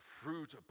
fruit